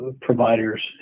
providers